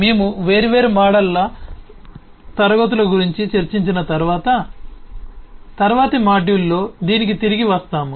మేము వేర్వేరు మాడ్యూళ్ల క్లాస్ ల గురించి చర్చించిన తరువాత తరువాతి మాడ్యూల్లో దీనికి తిరిగి వస్తాము